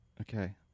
Okay